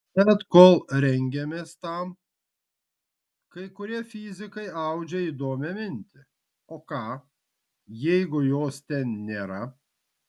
bet kol rengiamės tam kai kurie fizikai audžia įdomią mintį o ką jeigu jos ten nėra